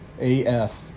AF